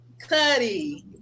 Cuddy